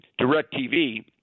DirecTV